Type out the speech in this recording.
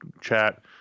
chat